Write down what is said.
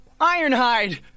Ironhide